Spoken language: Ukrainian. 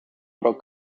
про